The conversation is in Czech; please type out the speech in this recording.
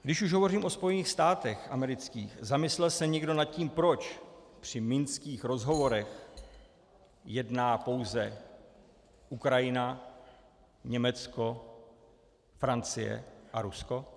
Když už hovořím o Spojených státech amerických, zamyslel se někdo nad tím, proč při minských rozhovorech jedná pouze Ukrajina, Německo, Francie a Rusko?